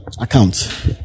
account